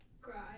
Cry